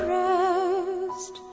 rest